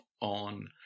on